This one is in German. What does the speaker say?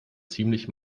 ziemlich